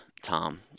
tom